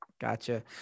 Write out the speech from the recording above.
Gotcha